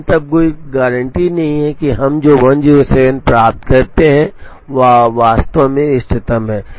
लेकिन तब कोई गारंटी नहीं है कि हम जो 107 प्राप्त करते हैं वह वास्तव में इष्टतम है